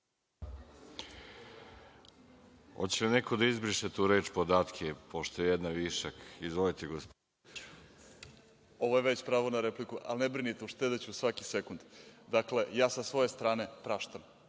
Hoće li neko da izbriše tu reč – podatke, pošto je jedna višak. Izvolite gospodine Orliću. **Vladimir Orlić** Ovo je već pravo na repliku, ali ne brinite, uštedeću svaki sekund. Dakle, ja sa svoje strane praštam.